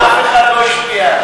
אף אחד לא השפיע עליו.